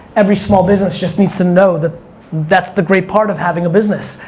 every small business just needs to know that that's the great part of having a business.